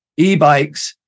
eBikes